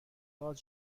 باز